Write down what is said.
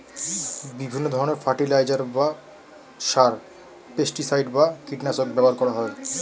বিভিন্ন ধরণের ফার্টিলাইজার বা সার, পেস্টিসাইড বা কীটনাশক ব্যবহার করা হয়